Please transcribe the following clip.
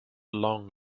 long